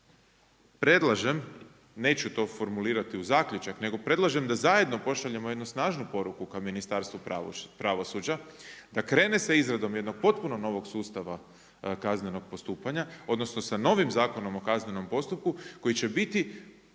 predlažem neću to formulirati u zaključak, nego predlažem da zajedno pošaljemo jednu snažnu poruku kao Ministarstvo pravosuđa da krene sa izradom jednog potpuno novog sustava kaznenog postupanja, odnosno sa novim Zakonom o kaznenom postupku koji će biti